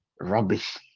rubbish